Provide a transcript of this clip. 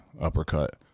uppercut